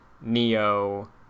Neo